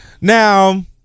Now